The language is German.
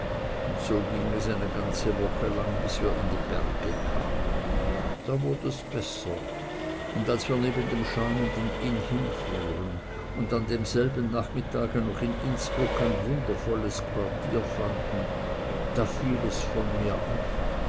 und so ging es eine ganze woche lang bis wir in die berge kamen da wurd es besser und als wir neben dem schäumenden inn hinfuhren und an demselben nachmittage noch in innsbruck ein wundervolles quartier fanden da fiel es von mir ab